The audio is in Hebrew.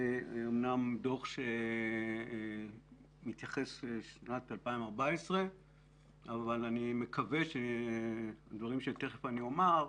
זה אמנם דוח שמתייחס לשנת 2014 אבל אני מקווה שדברים שתכף אני אומר,